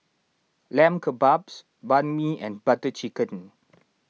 Lamb Kebabs Banh Mi and Butter Chicken